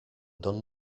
done